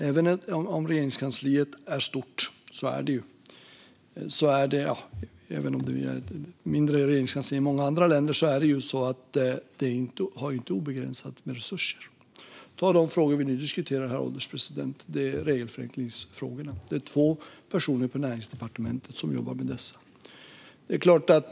Även om Regeringskansliet visserligen är stort - men det är mindre än regeringskanslier i många andra länder - har det som sagt inte obegränsat med resurser. Vi kan ta de frågor som vi nu diskuterar, regelförenklingar, som exempel. Det är två personer på Näringsdepartementet som jobbar med dessa.